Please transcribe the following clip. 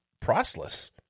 priceless